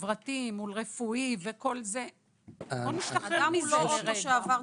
חברתי מול רפואי, בוא נשתחרר מזה לרגע.